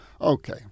okay